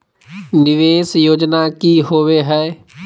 निवेस योजना की होवे है?